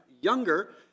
younger